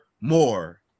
more